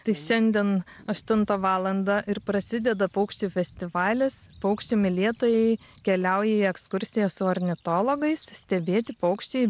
tai šiandien aštuntą valandą ir prasideda paukščių festivalis paukščių mylėtojai keliauja į ekskursiją su ornitologais stebėti paukščiai